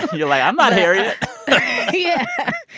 you're like, i'm not harriet yeah.